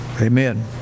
Amen